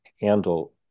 handle